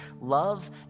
love